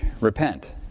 Repent